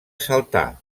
saltar